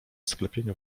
sklepieniu